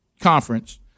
conference